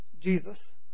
Jesus